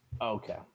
Okay